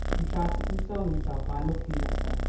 and tried to console himself by looking at her.